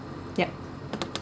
yup